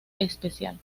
especial